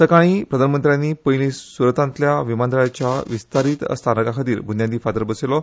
सकाळी प्रधानमंत्र्यानी पयली सुरतातल्या विमानतळाच्या विस्तारित स्थानकाखातीर बुनयादी फातर बसयलो